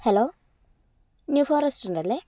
hello new four restaurant അല്ലേ